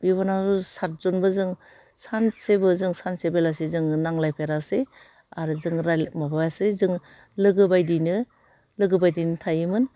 बिब' बिनानाव सातजनबो जों सानसेबो जों सानसे बेलासे जोङो नांलायफेरासै आरो जों रायलाय माबायासै जों लोगो बायदियैनो लोगो बायदियैनो थायोमोन